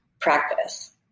practice